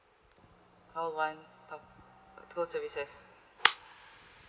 call one talk tour services